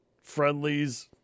Friendlies